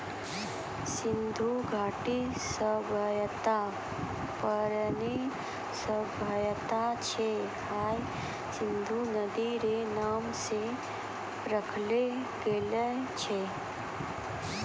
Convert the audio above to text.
सिन्धु घाटी सभ्यता परौनो सभ्यता छै हय सिन्धु नदी रो नाम से राखलो गेलो छै